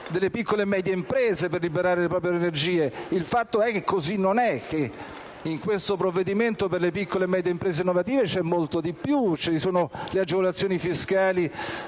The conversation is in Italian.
delle piccole e medie imprese, per liberare le proprie energie. Il fatto è che così non è e che in questo provvedimento per le piccole e medie imprese innovative vi è molto di più: le agevolazioni fiscali